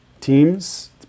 teams